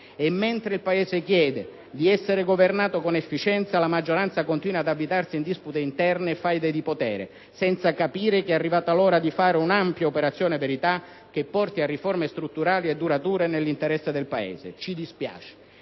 E mentre il Paese chiede di essere governato con efficienza, la maggioranza continua ad avvitarsi in dispute interne e faide di potere, senza capire che è arrivata l'ora di fare un'ampia operazione verità che porti a riforme strutturali e durature nell'interesse del Paese. Ci dispiace,